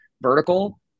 vertical